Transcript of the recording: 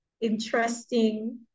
interesting